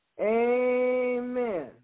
Amen